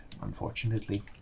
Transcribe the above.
Unfortunately